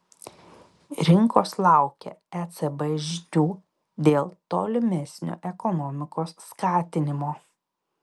rinkos laukia ecb žinių dėl tolimesnio ekonomikos skatinimo